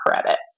credit